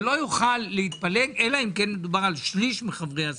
שלא יוכל להתפלג אלא אם כן מדובר על שליש מחברי הסיעה.